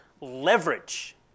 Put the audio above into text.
leverage